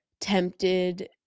tempted